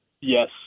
Yes